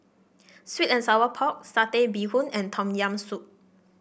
sweet and Sour Pork Satay Bee Hoon and Tom Yam Soup